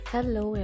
Hello